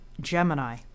Gemini